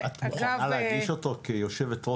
את מוכנה להגיש אותו כיו"ר?